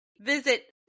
visit